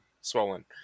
swollen